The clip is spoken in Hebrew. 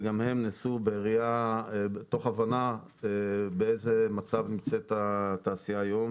וגם הן נעשו מתוך הבנה באיזה מצב נמצאת התעשייה היום.